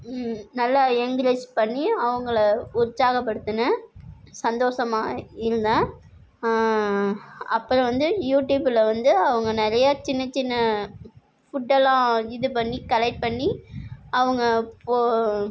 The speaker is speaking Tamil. நல்லா என்கரேஜ் பண்ணி அவங்கள உற்சாகப்படுத்துனேன் சந்தோஷமா இருந்தேன் அப்பறம் வந்து யூடியூபில் வந்து அவங்கநிறைய சின்னச் சின்ன ஃபுட்டெல்லாம் இது பண்ணி கலெக்ட் பண்ணி அவங்க போ